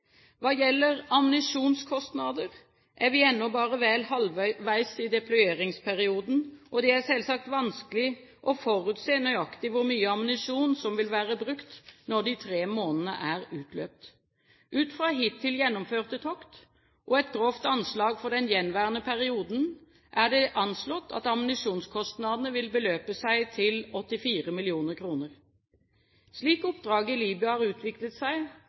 Hva gjelder ammunisjonskostnader, er vi ennå bare vel halvveis i deployeringsperioden, og det er selvsagt vanskelig å forutse nøyaktig hvor mye ammunisjon som vil være brukt når de tre månedene er utløpt. Ut fra hittil gjennomførte tokt og et grovt anslag for den gjenværende perioden er det anslått at ammunisjonskostnadene vil beløpe seg til 84 mill. kr. Slik oppdraget i Libya har utviklet seg,